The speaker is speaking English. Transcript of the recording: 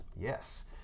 Yes